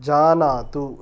जानातु